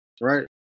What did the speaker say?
right